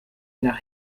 nach